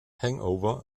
hangover